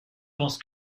pense